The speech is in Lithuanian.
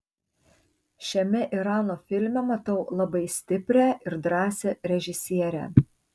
šiame irano filme matau labai stiprią ir drąsią režisierę